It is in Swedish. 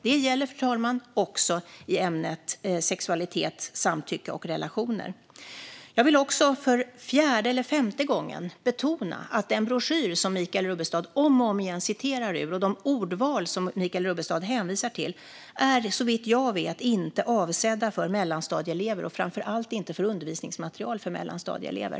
Detta, fru talman, gäller också i ämnet sexualitet, samtycke och relationer. Jag vill också för fjärde eller femte gången betona att den broschyr som Michael Rubbestad om och om igen citerar ur och de ordval som han hänvisar till inte, såvitt jag vet, är avsedd för mellanstadieelever och framför allt inte som undervisningsmaterial för mellanstadieelever.